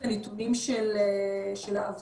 על הנתונים של האבטלה.